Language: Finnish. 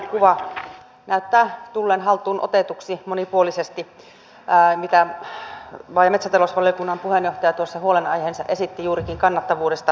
tilannekuva näyttää tulleen haltuunotetuksi monipuolisesti kuten maa ja metsätalousvaliokunnan puheenjohtaja tuossa huolenaiheensa esitti juurikin kannattavuudesta